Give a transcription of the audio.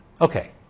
Okay